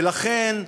ולכן,